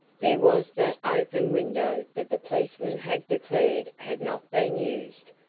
there was that open window that the policeman had declared had not been used.